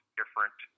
different